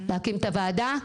להקים את הוועדה,